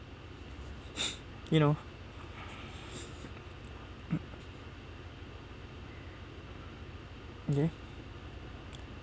you know okay